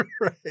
Right